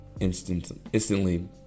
instantly